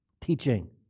Teaching